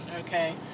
okay